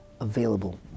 Available